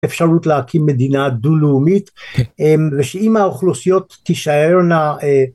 אפשרות להקים מדינה דו-לאומית ושאם האוכלוסיות תישארנה